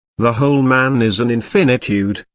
the whole man is an infinitude,